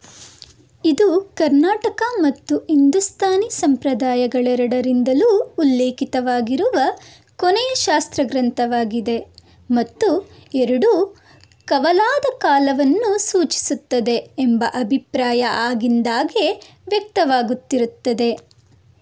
ಇದು ಕರ್ನಾಟಕ ಮತ್ತು ಹಿಂದೂಸ್ತಾನಿ ಸಂಪ್ರದಾಯಗಳೆರಡರಿಂದಲೂ ಉಲ್ಲೇಖಿತವಾಗಿರುವ ಕೊನೆಯ ಶಾಸ್ತ್ರ ಗ್ರಂಥವಾಗಿದೆ ಮತ್ತು ಎರಡೂ ಕವಲಾದ ಕಾಲವನ್ನು ಸೂಚಿಸುತ್ತದೆ ಎಂಬ ಅಭಿಪ್ರಾಯ ಆಗಿಂದಾಗ್ಗೆ ವ್ಯಕ್ತವಾಗುತ್ತಿರುತ್ತದೆ